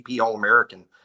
All-American